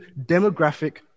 demographic